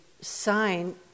sign